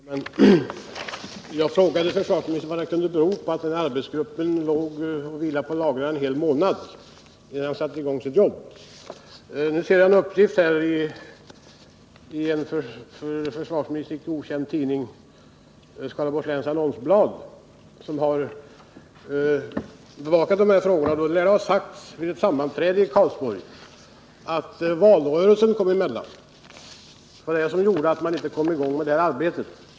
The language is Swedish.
Herr talman! Jag frågade försvarsministern vad det kunde bero på att arbetsgruppen vilade på lagrarna en hel månad innan den satte i gång med sitt jobb. Enligt en uppgift i en för försvarsministern icke obekant tidning, Skaraborgs Läns Annonsblad, som lär ha bevakat den här frågan, skall det vid ett sammanträde i Karlsborg ha sagts att valrörelsen kom emellan och att det var därför man inte med en gång kom i gång med arbetet.